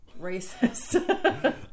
Racist